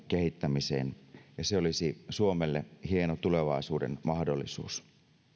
kehittämiseen ja se olisi suomelle hieno tulevaisuuden mahdollisuus